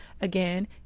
Again